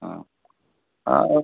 ହଁ ହଁ